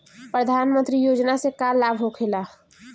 प्रधानमंत्री योजना से का लाभ होखेला?